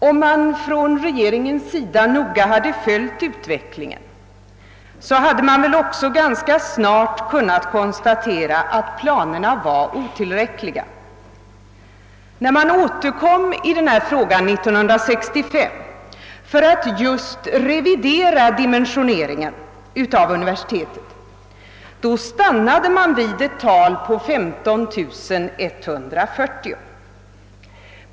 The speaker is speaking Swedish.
Om regeringen noga hade följt utvecklingen, hade man väl ganska snart kunnat konstatera att planerna var underdimensionerade. När frågan 1965 återkom och det just gällde att revidera dimensioneringen av universitetet, stannade man emellertid vid ett tal på 15 140 studerande.